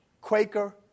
Quaker